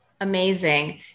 Amazing